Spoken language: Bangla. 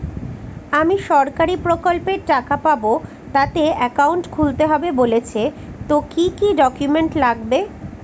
আমি সরকারি প্রকল্পের টাকা পাবো তাতে একাউন্ট খুলতে হবে বলছে তো কি কী ডকুমেন্ট লাগবে?